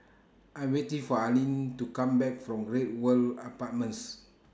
I'm waiting For Alene to Come Back from Great World Apartments